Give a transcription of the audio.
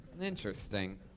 Interesting